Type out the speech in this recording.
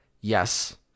Yes